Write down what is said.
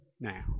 now